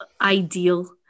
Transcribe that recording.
ideal